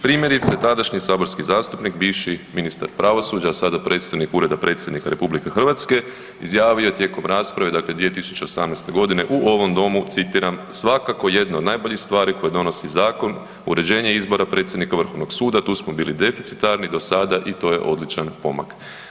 Primjerice tadašnji saborski zastupnik i bivši ministar pravosuđa, a sada predstojnik ureda predsjednika RH izjavio je tijekom rasprave, dakle 2018.g. u ovom domu, citiram: Svakako jedna od najboljih stvari koje donosi zakon je uređenje izbora predsjednika vrhovnog suda, tu smo bili deficitarni do sada i to je odličan pomak.